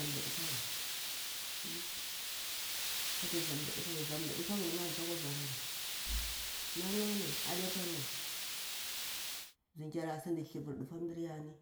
Kata zantu ɗafaga antu takwa barari nan nani ade pani wa mzinkyar a siɗu thivir dufa mdar yari